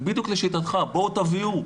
זה בדיוק לשיטתך, בואו תביאו,